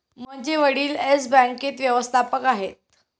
मोहनचे वडील येस बँकेत व्यवस्थापक आहेत